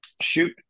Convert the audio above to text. shoot